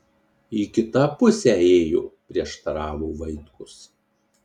į kitą pusę ėjo prieštaravo vaitkus